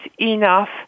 enough